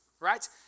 right